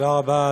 תודה רבה,